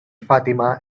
fatima